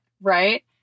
Right